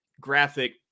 graphic